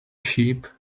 sheep